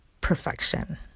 perfection